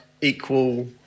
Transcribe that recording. equal